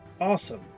Awesome